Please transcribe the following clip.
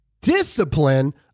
discipline